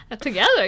Together